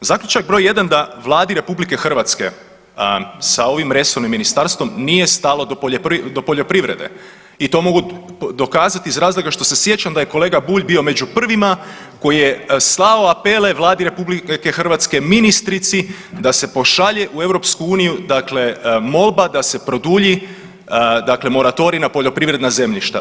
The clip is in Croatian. Zaključci br. 1 da Vladi RH sa ovim resornim ministarstvom nije stalo do poljoprivrede i to mogu dokazati iz razloga što se sjećam da je kolega Bulj bio među prvima koji je slao apele Vladi RH, ministrici da se pošalje u EU molba da se produlji moratorij na poljoprivredna zemljišta.